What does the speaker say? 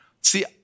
See